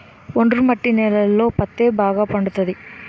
ఒండ్రు మట్టి నేలలలో పత్తే బాగా పండుతది